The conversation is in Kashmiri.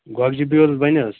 گۄگجہٕ بیٛوٚل بَنہِ حظ